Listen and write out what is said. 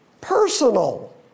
personal